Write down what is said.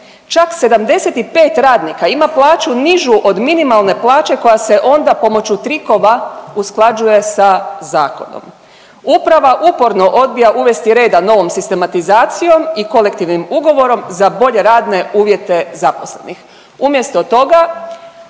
čak 75 radnika ima plaću nižu od minimalne plaće koja se onda pomoću trikova usklađuje sa zakonom. Uprava uporno odbija uvesti reda novom sistematizacijom i kolektivnim ugovorom za bolje radne uvjete zaposlenih.